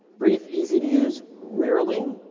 brief, easy to use, rarely.